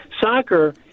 Soccer